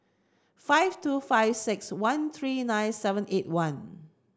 five two five six one three nine seven eight one